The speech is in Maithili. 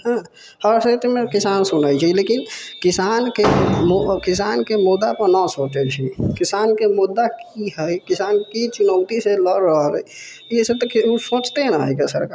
हँ किसान सुनै छै लेकिन किसान के किसान के मुद्दा पऽ न सोचै छै किसान के मुद्दा की है किसान की चुनौती से लड़ रहल है ईसब तऽ ओ सोचतै न सरकार